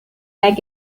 like